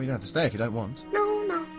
yeah have to stay if you don't want? no,